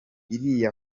iriya